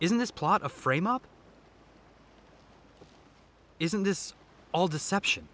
isn't this plot a frame up isn't this all deception